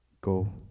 Go